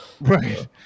Right